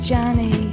Johnny